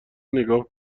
نگاه